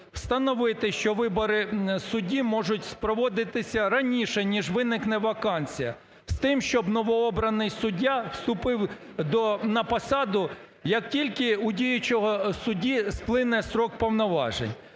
встановити, що вибори судді можуть проводитися раніше ніж виникне вакансія. З тим, щоб новообраний суддя вступив на посаду, як тільки у діючого судді сплине строк повноважень.